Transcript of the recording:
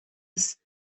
ist